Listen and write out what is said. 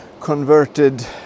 converted